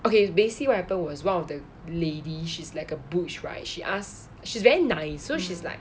okay basically what happened was one of the lady she's like a butch right she asked she's very nice so she's like